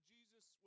Jesus